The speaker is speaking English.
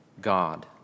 God